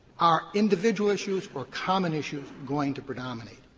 are individual issues or common issues going to predominate?